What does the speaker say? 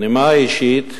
בנימה האישית,